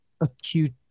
acute